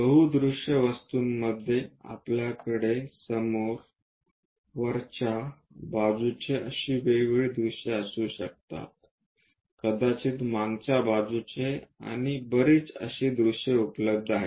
बहु दृश्य वस्तूंमध्ये आपल्याकडे समोर वरच्या बाजूचे अशी वेगवेगळी दृश्ये असू शकतात कदाचित मागच्या बाजूचे आणि बरीच अशी दृश्ये उपलब्ध आहेत